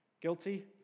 guilty